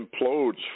implodes